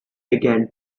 began